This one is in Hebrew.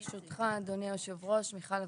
ברשותך, אדוני יושב הראש, מיכל אבגנים,